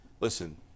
listen –